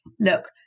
Look